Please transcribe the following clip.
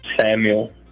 Samuel